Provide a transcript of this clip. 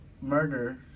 murder